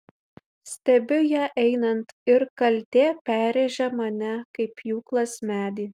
stebiu ją einant ir kaltė perrėžia mane kaip pjūklas medį